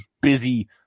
busy